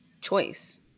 choice